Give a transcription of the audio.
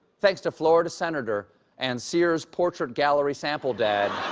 thanks to florida senator and sears portrait gallery sample dad